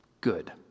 good